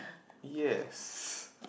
yes